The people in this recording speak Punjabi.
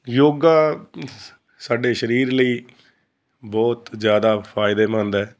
ਯੋਗਾ ਸਾਡੇ ਸਰੀਰ ਲਈ ਬਹੁਤ ਜ਼ਿਆਦਾ ਫ਼ਾਇਦੇਮੰਦ ਹੈ